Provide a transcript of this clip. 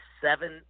seven